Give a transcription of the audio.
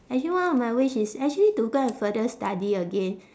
actually one of my wish is actually to go and further study again